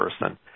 person